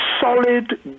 solid